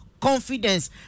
confidence